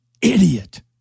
idiot